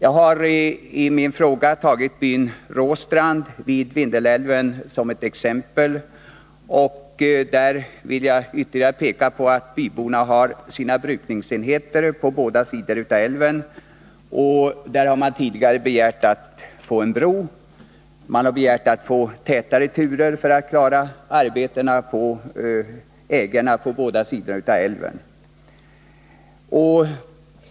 I min fråga har jag tagit byn Råstrand vid Vindelälven som exempel. Här vill jag framhålla att byborna har sina brukningsenheter på båda sidor av älven. Tidigare har man begärt att få en bro. Vidare har man begärt att få tätare turer för att klara arbetena på ägorna på båda sidor av älven.